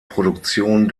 produktion